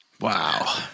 Wow